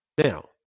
Now